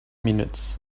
minutes